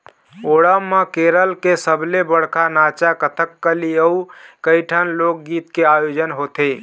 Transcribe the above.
ओणम म केरल के सबले बड़का नाचा कथकली अउ कइठन लोकगीत के आयोजन होथे